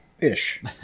Ish